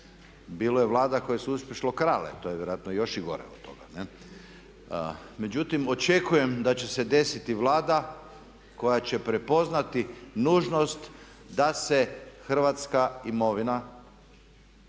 Bilo je vlada koje su uspješno krale to je vjerojatno još i gore od toga, ne? Međutim, očekujem da će se desiti Vlada koja će prepoznati nužnost da se hrvatska imovina konačno